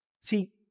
See